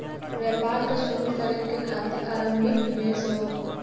व्यापार क शुरू करे खातिर आरम्भिक निवेश हौ